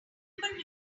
remember